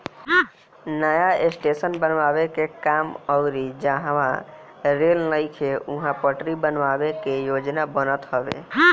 नया स्टेशन बनावे के काम अउरी जहवा रेल नइखे उहा पटरी बनावे के योजना बनत हवे